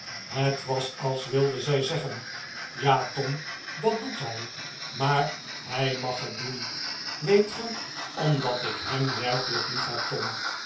het was als wilde zij zeggen ja tom dat doet hij maar hij mag het doen weet ge omdat ik hem werkelijk liefheb tom